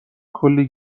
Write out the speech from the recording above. کلی